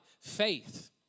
Faith